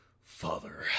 father